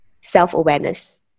self-awareness